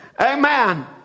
Amen